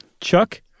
Chuck